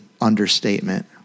understatement